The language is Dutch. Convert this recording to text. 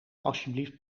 alsjeblieft